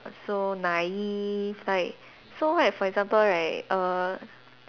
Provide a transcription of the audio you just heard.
so naive like so right for example right err